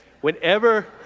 Whenever